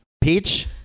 Peach